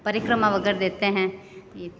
परिक्रमा वगैरह देते हैं ये